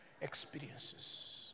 experiences